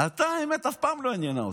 האמת אף פעם לא עניינה אותך,